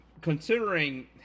considering